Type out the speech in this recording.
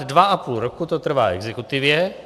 Dva a půl roku to trvá exekutivě.